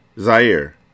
Zaire